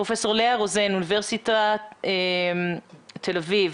פרופסור לאה רוזן, אוניברסיטת תל אביב.